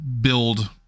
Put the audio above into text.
build